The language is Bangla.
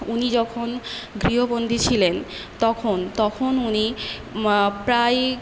উনি যখন গৃহবন্দী ছিলেন তখন তখন উনি প্রায়